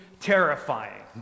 terrifying